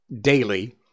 daily